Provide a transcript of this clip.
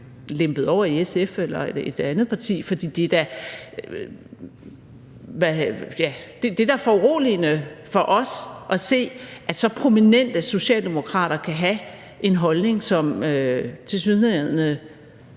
lempet over i SF eller et andet parti, for det er da foruroligende for os andre at se, at så prominente socialdemokrater kan have en holdning, som tilsyneladende